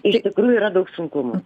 iš tikrųjų yra daug sunkumų